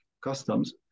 customs